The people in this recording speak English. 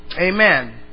Amen